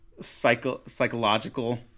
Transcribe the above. psychological